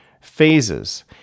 phases